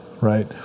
right